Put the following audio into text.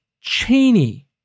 Cheney